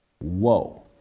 Whoa